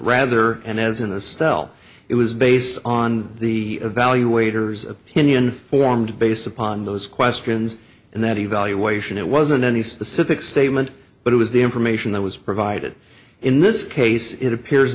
style it was based on the evaluators opinion formed based upon those questions and that evaluation it wasn't any specific statement but it was the information that was provided in this case it appears